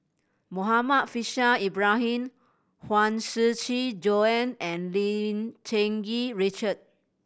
Muhammad Faishal Ibrahim Huang Shiqi Joan and Lim Cherng Yih Richard